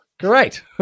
great